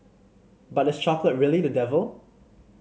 but is chocolate really the devil